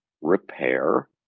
repair